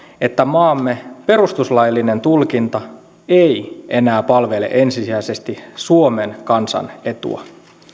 että maamme perustuslaillinen tulkinta ei enää palvele ensisijaisesti suomen kansan etua